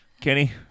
Kenny